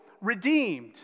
redeemed